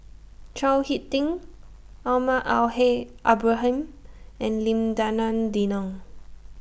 Chao Hick Tin Almahdi Al Haj Ibrahim and Lim Denan Denon